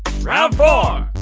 round four!